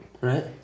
Right